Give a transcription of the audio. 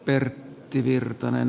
pertti virtanen